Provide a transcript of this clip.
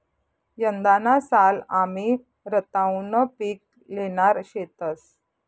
यंदाना साल आमी रताउनं पिक ल्हेणार शेतंस